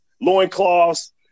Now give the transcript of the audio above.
loincloths